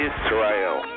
Israel